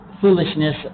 foolishness